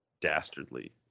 dastardly